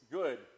good